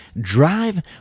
drive